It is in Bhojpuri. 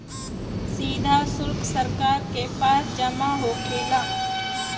सीधा सुल्क सरकार के पास जमा होखेला